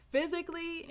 Physically